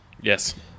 Yes